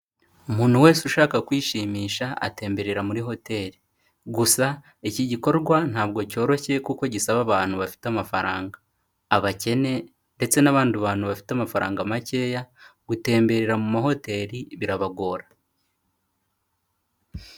Umuntu wese ushaka kwishimisha atemberera muri hoteli. Gusa iki gikorwa ntabwo cyoroshye kuko gisaba abantu bafite amafaranga. Abakene ndetse n'abandi bantu bafite amafaranga makeya, gutemberera mu mahoteli birabagora.